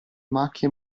macchie